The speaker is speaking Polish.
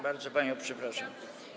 Bardzo panią przepraszam.